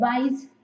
advice